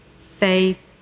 faith